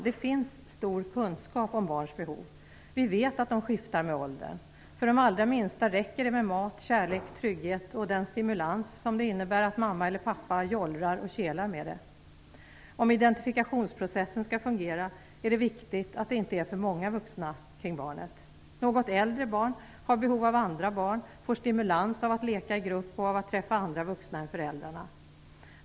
Det finns en stor kunskap om barns behov. Vi vet att de skiftar med åldern. För det allra minsta barnet räcker det med mat, kärlek, trygghet och den stimulans som det innebär att mamma eller pappa jollrar och kelar med det. Om identifikationsprocessen skall fungera är det viktigt att det inte är för många vuxna kring barnet. Något äldre barn har behov av andra barn, får stimulans av att leka i grupp och av att träffa andra vuxna än föräldrarna.